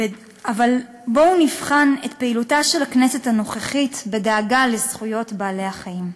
אבל בואו נבחן את פעילותה של הכנסת הנוכחית בדאגה לזכויות בעלי-החיים.